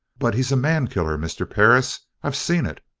but he's a man-killer, mr. perris. i've seen it!